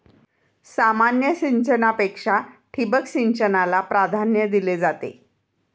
सामान्य सिंचनापेक्षा ठिबक सिंचनाला प्राधान्य दिले जाते